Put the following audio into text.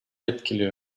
etkiliyor